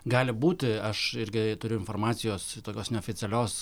gali būti aš irgi turiu informacijos tokios neoficialios